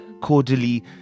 cordially